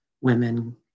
women